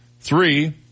Three